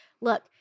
look